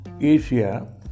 Asia